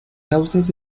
causas